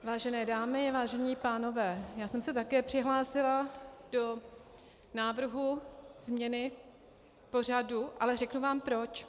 Vážené dámy, vážení pánové, já jsem se také přihlásila do návrhu změny pořadu, ale řeknu vám proč.